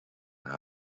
not